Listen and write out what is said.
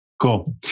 Cool